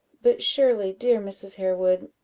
but surely, dear mrs. harewood,